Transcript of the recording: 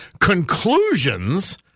conclusions